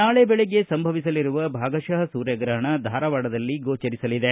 ನಾಳೆ ಬೆಳಿಗ್ಗೆ ಸಂಭವಿಸಲಿರುವ ಭಾಗಶಃ ಸೂರ್ಯಗ್ರಹಣ ಧಾರವಾಡದಲ್ಲಿ ಗೋಚರಿಸಲಿದೆ